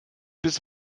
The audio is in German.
bis